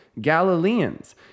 Galileans